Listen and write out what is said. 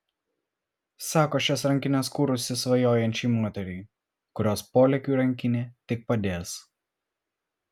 sako šias rankines kūrusi svajojančiai moteriai kurios polėkiui rankinė tik padės